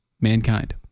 Mankind